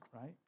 right